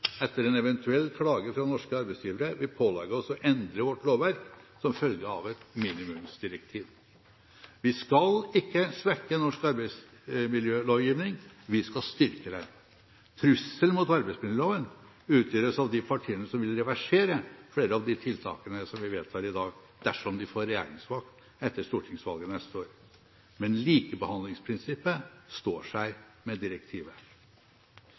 etter en eventuell klage fra norske arbeidsgivere vil pålegge oss å endre vårt lovverk som følge av et minimumsdirektiv. Vi skal ikke svekke norsk arbeidsmiljølovgivning, vi skal styrke den. Trusselen mot arbeidsmiljøloven utgjøres av de partiene som vil reversere flere av de tiltakene som vi vedtar i dag, dersom de får regjeringsmakt etter stortingsvalget neste år. Men likebehandlingsprinsippet står seg med direktivet.